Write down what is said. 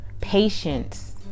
patience